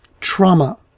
trauma